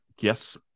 yes